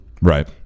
Right